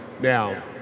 Now